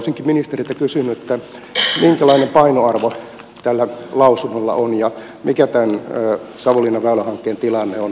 olisinkin ministeriltä kysynyt minkälainen painoarvo tällä lausunnolla on ja mikä tämän savonlinnan väylähankkeen tilanne on kuinka se aiotaan toteuttaa